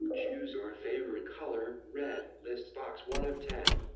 choose your favorite color, red. list box one of ten.